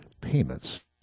payments